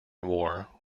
war